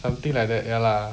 something like that ya lah